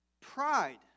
Pride